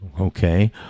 okay